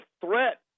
threat